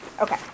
Okay